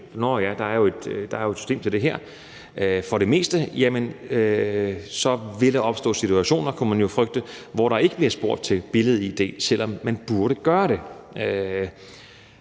nåh ja, der er jo et system til det her, for det meste – så vil der opstå situationer, kunne man frygte, hvor der ikke bliver spurgt til billed-id, selv om kassemedarbejderen